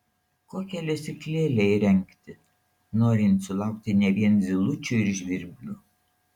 kokią lesyklėlę įrengti norint sulaukti ne vien zylučių ir žvirblių